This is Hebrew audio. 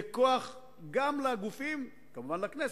זה כוח גם לגופים, כמובן לכנסת,